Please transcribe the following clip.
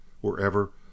wherever